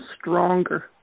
stronger